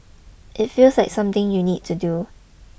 it feels like something you need to do